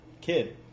Kid